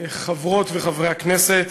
חברות וחברי הכנסת,